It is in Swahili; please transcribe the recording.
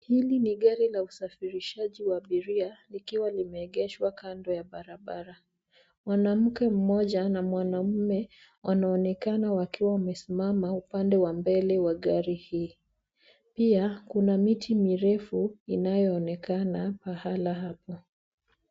Hili ni gari la usafirishaji wa abiria likiwa limeegeshwa kando ya barabara. Mwanamke mmoja na mwanamume wanaonekana wakiwa wamesimama upande wa mbele wa gari hii. Pia kuna miti mirefu inayoonekana pahala hapa.